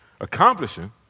Accomplishing